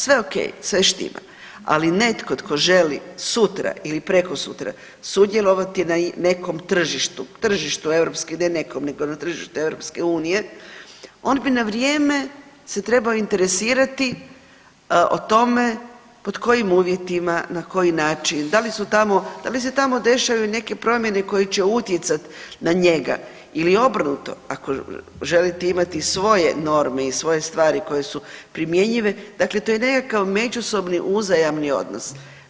Sve ok, sve štima, ali netko tko želi sutra ili prekosutra sudjelovati na nekom tržištu, tržištu europski, ne nekom nego na tržištu EU on bi na vrijeme se trebao interesirati o tom pod kojim uvjetima, na koji način, da li su tamo, da li se tamo dešavaju i neke promjene koje će utjecati na njega ili obrnuto ako želite imati svoje norme i svoje stvari koje su primjenjive, dakle to je nekakav međusobni uzajamni odnos.